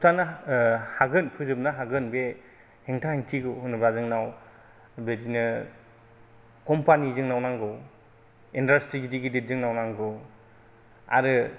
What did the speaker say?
होबथानो हागोन फोजोबनो हागोन बे हेंथा हेंथिखौ जेनेबा जोंनाव बिदिनो कम्पानि जोंनाव नांगौ इन्डाष्ट्रि गिदित गिदित जोंनाव नांगौ आरो